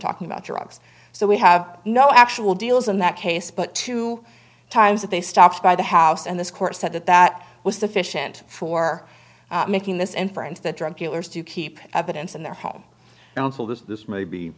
talking about drugs so we have no actual deals in that case but two times that they stopped by the house and this court said that that was sufficient for making this inference that drug dealers to keep evidence in their home now until this this may be